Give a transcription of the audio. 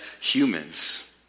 humans